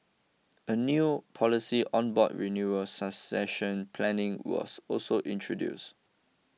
a new policy on board renewal succession planning was also introduced